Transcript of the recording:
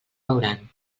veuran